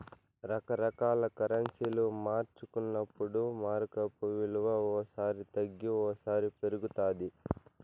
రకరకాల కరెన్సీలు మార్చుకున్నప్పుడు మారకపు విలువ ఓ సారి తగ్గి ఓసారి పెరుగుతాది